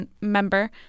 member